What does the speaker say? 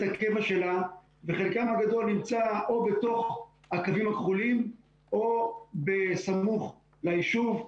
הקבע שלה וחלקם הגדול נמצא או בתוך הקווים הכחולים או בסמוך ליישוב.